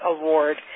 Award